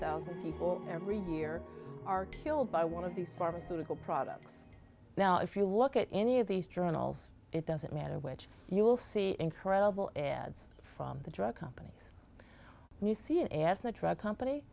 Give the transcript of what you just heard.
thousand people every year are killed by one of these pharmaceutical products now if you look at any of these journals it doesn't matter which you will see incredible ads from the drug companies and you see it as